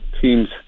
teams